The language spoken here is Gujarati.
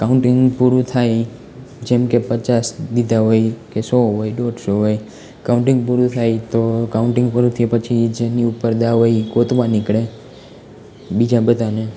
કાઉન્ટિંગ પૂરું થાય જેમકે પચાસ દીધા હોય કે સો હોય દોઢસો હોય કાઉન્ટિંગ પૂરું થાય તો કાઉન્ટિંગ પૂરું થયા પછી જેની ઉપર દાવ હોય એ ગોતવા નીકળે બીજા બધાને